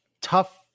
tough